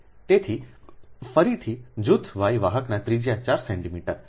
તેથી ફરીથી જૂથ વાય વાહકની ત્રિજ્યા 4 સેન્ટિમીટર